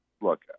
look